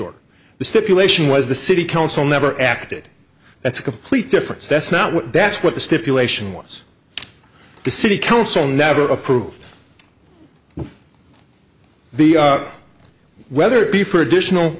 or the stipulation was the city council never acted that's a complete different that's not what that's what the stipulation was the city council never approved the whether it be for additional